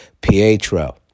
Pietro